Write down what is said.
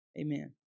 Amen